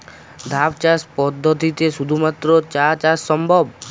ধাপ চাষ পদ্ধতিতে শুধুমাত্র চা চাষ সম্ভব?